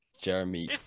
Jeremy